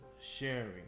sharing